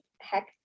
heck